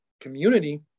community